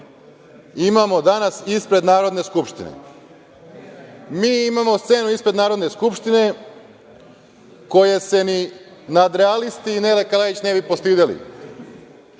Imamo danas ispred Narodne skupštine. Mi imamo scenu ispred Narodne skupštine koje se ni nadrealisti i Nele Kalajić ne bi postideli.